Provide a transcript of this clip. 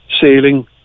sailing